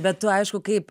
bet tu aišku kaip